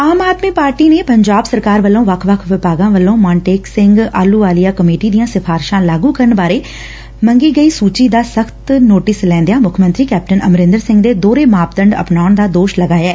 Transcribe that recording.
ਆਮ Aadmi party ਨੇ ਪੰਜਾਬ ਸਰਕਾਰ ਵੱਲੋ' ਵੱਖ ਵੱਖ ਵਿਭਾਗਾਂ ਕੋਲੋਂ ਮੌਟੇਕ ਸਿੰਘ ਆਹਲੁਵਾਲੀਆ ਕਮੇਟੀ ਦੀਆਂ ਸਿਫਾਰਿਸਾਂ ਲਾਗੂ ਕਰਨ ਬਾਰੇ ਮੰਗੀ ਗਈ ਸੂਚੀ ਦਾ ਸਖ਼ਤ ਨੋਟਿਸ ਲੈਦਿਆਂ ਮੁੱਖ ਮੰਤਰੀ ਕੈਪਟਨ ਅਮਰੰਦਰ ਤੇ ਦੋਹਰੇ ਮਾਪੰਡ ਅਪਣਾਉਣ ਦਾ ਦੋਸ਼ ਲਗਾਇਐ